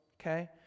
okay